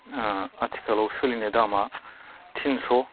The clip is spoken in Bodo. ओ आथिखालाव सोलिनाय दामा थिनस'